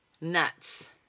nuts